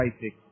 basic